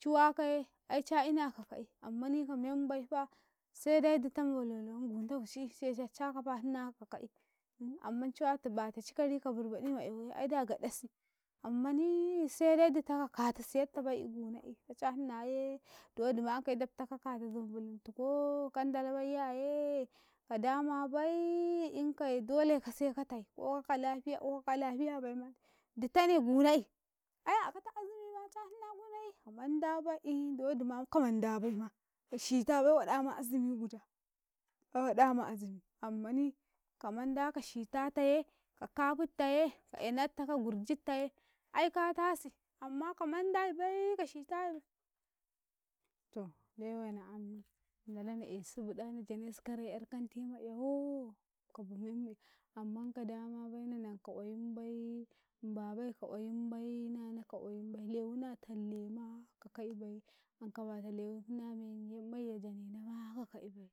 Ciwakaye ai ca'ina ka ka'i, ammani ka membai fa sede ditam mololo ma gunta kuci'i sede cakafa hina ka'i amman ciwa bata ci karyi ka burbaɗi ma 'yawo aida gaɗasi ammani sai dai dito ka kato siyoto bai guno i ca kafa hinayee dowodima ikaye dabta ka kata zumbuluntukoo kandala baiyaye enkaye dolai ko sai ka tai ko kalafiya bain ko kan lafiya dowodima ka mandabai ka waɗa ma azumi guda ka waɗa ma azumi, ammani ka manda ka shitataye ka kafittaye ka 'yanatta ka gur jitaye aika tasi amma ka mandai bai ka shita to lewaina ayen nadalo na esu buda na janesu kare 'yar kanti ma yawo ka guna yam amma ka damabai na nanka qwayimbai babai ka qwayimbai nane ka qwayimbai lewuna tallema ka ka'i bai anka batau lewi, lewi hina menye janenama ka ka'ibai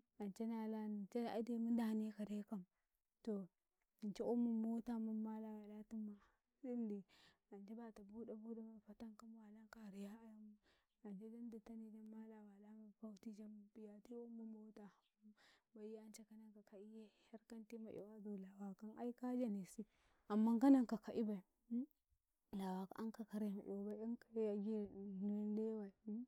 ance nala ce da aite mundaneda dekam to ance qewamma mota mummala walatumma senade ance bata buɗa buɗa mu fatanka mu walanka a riya'am ance jan ditane mala wala mu bauti jambiyati qwayimma mota baiye ance kananka ka iye har kanti ma 'yawau a zu kwakau ka lawaka an ka kare ma yawabai yankaye agimen lewai